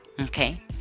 Okay